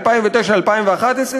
2009 2011,